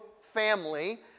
family